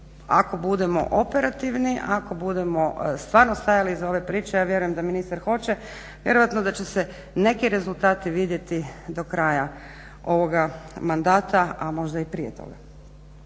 ako budemo operativni, ako budemo stvarno stajali iza ove priče, ja vjerujem da ministar hoće vjerojatno da će se neki rezultati vidjeti do kraja ovoga mandata a možda i prije toga.